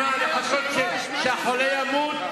אז מה, לחכות שהחולה ימות?